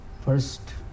first